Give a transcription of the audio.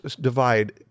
divide